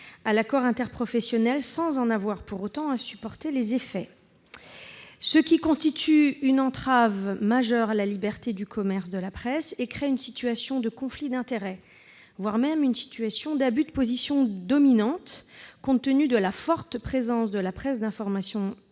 à l'accord interprofessionnel sans en avoir pour autant à supporter les effets. Cela constitue une entrave majeure à la liberté du commerce de la presse et crée une situation de conflit d'intérêts, voire d'abus de position dominante. Compte tenu de la forte présence de la presse d'information